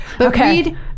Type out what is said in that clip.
Okay